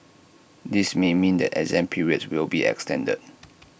this may mean that exam periods will be extended